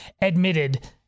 admitted